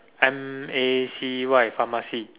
M A C Y pharmacy